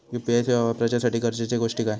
UPI सेवा वापराच्यासाठी गरजेचे गोष्टी काय?